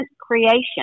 creation